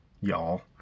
y'all